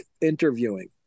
interviewing